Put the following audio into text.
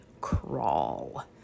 crawl